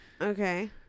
Okay